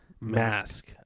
Mask